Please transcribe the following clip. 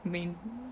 means